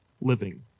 living